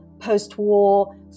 post-war